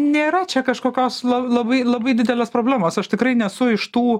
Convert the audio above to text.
nėra čia kažkokios la labai labai didelės problemos aš tikrai nesu iš tų